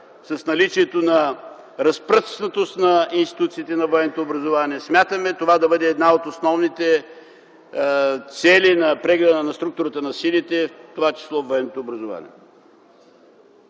с наличието на разпръснатост на институциите на военното образование. Смятаме това да бъде една от основните цели на прегледа на структурата на силите, в това число военното образование.